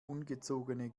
ungezogene